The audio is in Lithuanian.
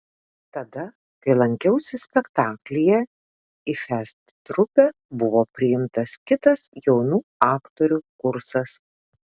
tada kai lankiausi spektaklyje į fest trupę buvo priimtas kitas jaunų aktorių kursas